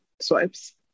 swipes